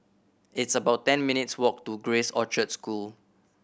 it's about ten minutes' walk to Grace Orchard School